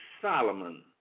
Solomon